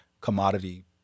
commodity